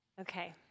Okay